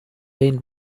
been